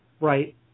Right